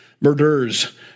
murders